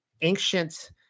ancient